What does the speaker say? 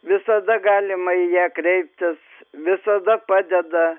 visada galima į ją kreiptis visada padeda